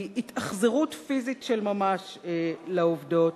היא התאכזרות פיזית של ממש לעובדות,